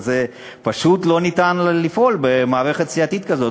פשוט לא ניתן לפעול במערכת סיעתית כזאת,